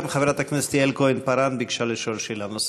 גם חברת הכנסת יעל כהן-פארן ביקשה לשאול שאלה נוספת.